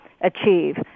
achieve